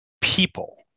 people